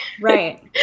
right